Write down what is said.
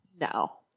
no